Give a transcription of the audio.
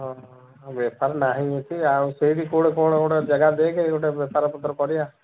ହଁ ବେପାର ନାହିଁ କିଛି ଆଉ ସେଇ ବିି କେଉଁଠି କ'ଣ ଗୋଟେ ଜାଗା ଦେକଖେ ଗୋଟେ ବେପାର ପତ୍ର କରିବା